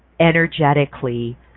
energetically